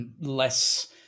less